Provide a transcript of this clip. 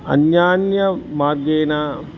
अन्यान्य मार्गेन